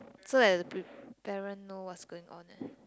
so that the p~ parent know what's going on eh